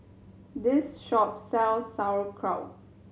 this shop sells Sauerkraut